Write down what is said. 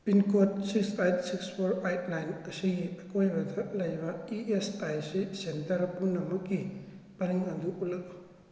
pin code six eight six four eight nine ꯑꯁꯤꯒꯤ ꯑꯀꯣꯏꯕꯗ ꯂꯩꯕ E S I C centre ꯄꯨꯝꯅꯃꯛꯀꯤ ꯄꯔꯤꯡ ꯑꯗꯨ ꯎꯠꯂꯛꯎ